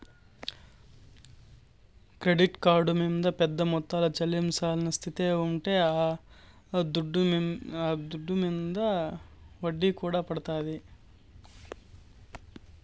credit card మింద పెద్ద మొత్తంల చెల్లించాల్సిన స్తితే ఉంటే ఆ దుడ్డు మింద ఒడ్డీ కూడా పడతాది